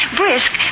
brisk